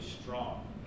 strong